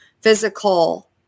physical